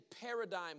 paradigm